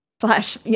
Slash